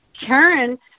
Karen